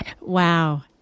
Wow